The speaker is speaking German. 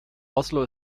oslo